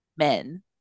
men